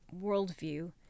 worldview